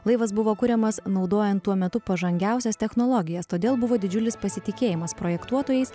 laivas buvo kuriamas naudojant tuo metu pažangiausias technologijas todėl buvo didžiulis pasitikėjimas projektuotojais